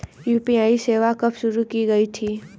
UPI सेवा कब शुरू की गई थी?